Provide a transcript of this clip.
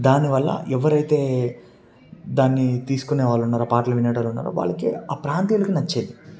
దాన్ని వల్ల ఎవరైతే దాన్ని తీసుకునేవాళ్లు ఉన్నారో పాటలు వినేటివాళ్లు ఉన్నారో వాళ్లకే ఆ ప్రాంతీయులకి నచ్చేది